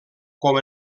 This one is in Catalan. com